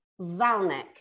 Valnek